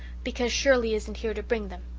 because shirley isn't here to bring them,